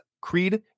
Creed